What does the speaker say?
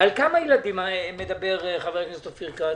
ילדים מדבר חבר הכנסת אופיר כץ?